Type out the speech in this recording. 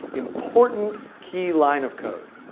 important key line of code.